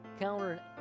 counter